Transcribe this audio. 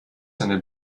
seine